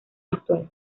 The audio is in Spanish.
actual